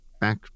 back